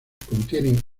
contienen